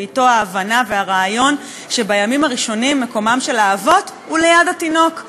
ואתו ההבנה והרעיון שבימים הראשונים מקומם של האבות הוא ליד התינוק,